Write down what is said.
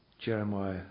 Jeremiah